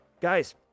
guys